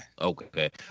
Okay